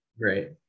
Right